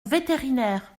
vétérinaire